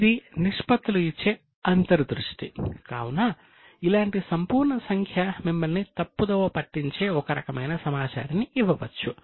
ఇది నిష్పత్తులు మిమ్మల్ని తప్పుదోవ పట్టించే ఒక రకమైన సమాచారాన్ని ఇవ్వవచ్చు